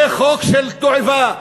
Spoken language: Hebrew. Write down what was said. זה חוק של תועבה.